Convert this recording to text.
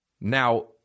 Now